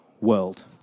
world